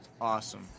awesome